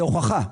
זה הוכחה.